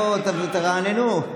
בואו, תרעננו.